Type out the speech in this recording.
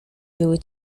były